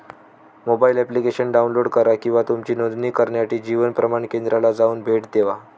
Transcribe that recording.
mobile application download करा किंवा तुमची नोंदणी करण्यासाठी जीवन प्रमाण केंद्राला जाऊन भेट देवा